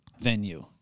venue